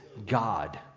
god